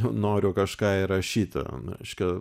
noriu kažką įrašyti reiškia